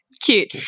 Cute